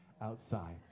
outside